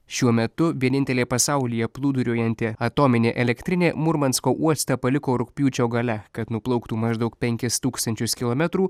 šiuo metu vienintelė pasaulyje plūduriuojanti atominė elektrinė murmansko uostą paliko rugpjūčio gale kad nuplauktų maždaug penkis tūkstančius kilometrų